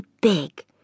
big